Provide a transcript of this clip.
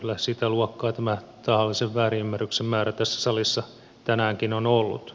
kyllä sitä luokkaa tahallisen väärinymmärryksen määrä tässä salissa tänäänkin on ollut